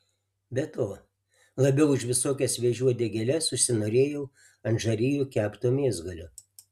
be to labiau už visokias vėžių uodegėles užsinorėjau ant žarijų kepto mėsgalio